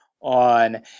on